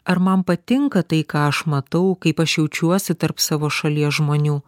ar man patinka tai ką aš matau kaip aš jaučiuosi tarp savo šalies žmonių